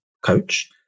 coach